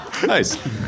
Nice